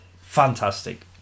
fantastic